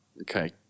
Okay